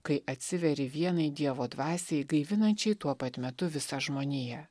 kai atsiveri vienai dievo dvasiai gaivinančiai tuo pat metu visą žmoniją